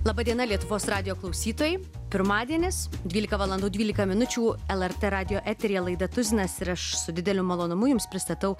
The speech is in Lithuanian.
laba diena lietuvos radijo klausytojai pirmadienis dvylika valandų dvylika minučių lrt radijo eteryje laida tuzinas ir aš su dideliu malonumu jums pristatau